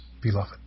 beloved